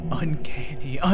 uncanny